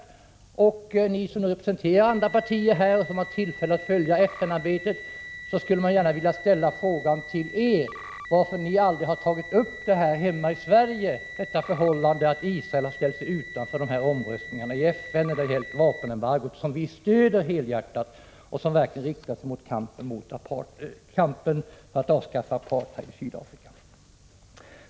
Jag skulle vilja ställa en fråga till er som representerar andra partier här och har haft tillfälle att följa FN-arbetet: Varför har ni aldrig hemma i Sverige tagit upp detta förhållande att Israel har ställt sig utanför omröstningarna i FN när det gällt vapenembargot, som vi helhjärtat stöder och som verkligen syftar till att avskaffa apartheid i Sydafrika?